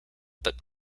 but